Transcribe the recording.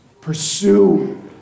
Pursue